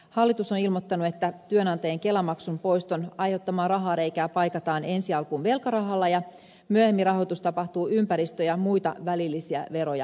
hallitus on ilmoittanut että työnantajien kelamaksun poiston aiheuttamaa rahareikää paikataan ensi alkuun velkarahalla ja myöhemmin rahoitus tapahtuu ympäristö ja muita välillisiä veroja korottamalla